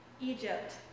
Egypt